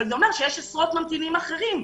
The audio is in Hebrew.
אבל זה אומר שיש עשרות ממתינים אחרים,